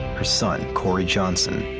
her son, cory johnson,